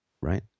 right